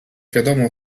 wiadomo